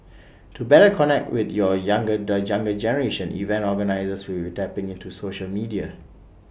to better connect with your younger the younger generation event organisers will be tapping into social media